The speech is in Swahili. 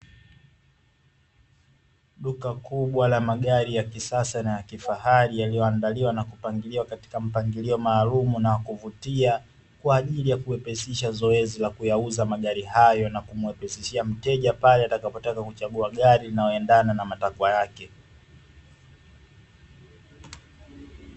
Duka kubwa la magari ya kisasa na ya kifahari yaliyoandaliwa na kupangiliwa katika mpangilio maalumu na wa kuvutia, kwa ajili ya kuwepesisha zoezi la kuyauza magari hayo na kumwepesishia mteja pale atakapotaka kuchagua gari linaloendana na matakwa yake.